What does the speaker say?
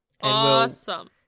Awesome